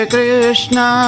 Krishna